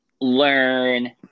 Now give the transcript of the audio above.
learn